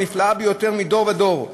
הנפלאה ביותר מדור ודור,